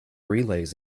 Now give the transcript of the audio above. relays